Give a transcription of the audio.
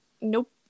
Nope